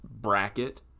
bracket